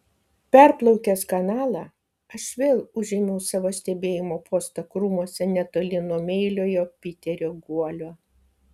perplaukęs kanalą aš vėl užėmiau savo stebėjimo postą krūmuose netoli nuo meiliojo piterio guolio